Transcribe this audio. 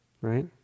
Right